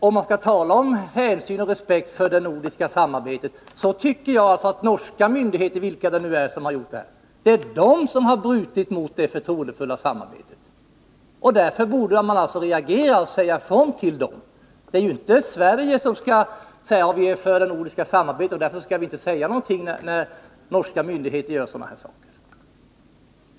Om man skall tala om hänsyn och respekt för det nordiska samarbetet, så tycker jag alltså att det är norska myndigheter — vilka det nu är som har gjort detta— som har brutit mot det förtroendefulla samarbetet. Därför borde man reagera och säga ifrån till dem. Det är ju inte Sverige som skall förklara: Vi är för det nordiska samarbetet och därför skall vi inte säga någonting när norska myndigheter gör sådana här saker.